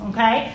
Okay